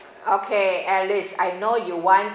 okay alice I know you want